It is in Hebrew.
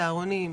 צהרונים,